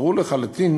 ברור לחלוטין